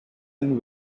and